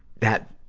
that,